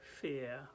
fear